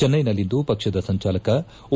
ಚಿನ್ನೆನಲ್ಲಿಂದು ಪಕ್ಷದ ಸಂಚಾಲಕ ಓ